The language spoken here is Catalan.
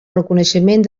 reconeixement